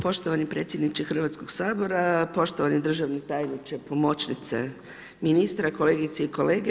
Poštovani predsjedniče Hrvatskog sabora, poštovani državni tajniče, pomoćnice ministra, kolegice i kolege.